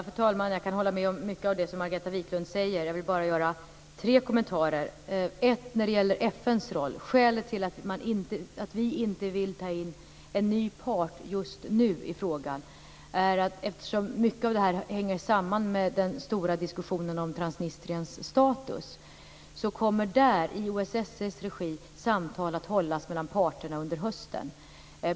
Fru talman! Jag kan hålla med om mycket av det som Margareta Viklund säger. Jag vill göra tre kommentarer. FN:s roll: Skälet till att vi inte vill ta in en ny part just nu i denna fråga är att detta hänger samman med den stora diskussionen om Transistriens status och att samtal i OSSE:s regi kommer att hållas mellan parterna under hösten.